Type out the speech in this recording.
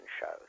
shows